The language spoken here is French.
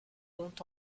ont